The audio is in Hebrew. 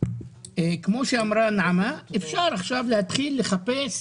כמו שאמרה נעמה, אפשר עכשיו להתחיל לחפש